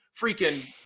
freaking